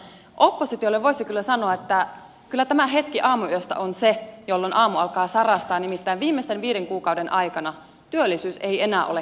mutta oppositiolle voisi kyllä sanoa että kyllä tämä hetki aamuyöstä on se jolloin aamu alkaa sarastaa nimittäin viimeisten viiden kuukauden aikana työllisyys ei enää ole heikentynyt